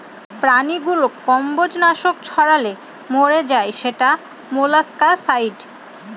প্রাণীগুলো কম্বজ নাশক ছড়ালে মরে যায় সেটা মোলাস্কাসাইড